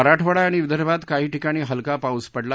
मराठवाडा आणि विदर्भात काही ठिकाणी हलका पाऊस पडला